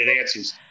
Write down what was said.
answers